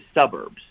suburbs